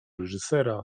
reżysera